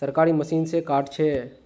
सरकारी मशीन से कार्ड छै?